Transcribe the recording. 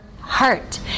heart